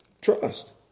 Trust